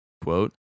quote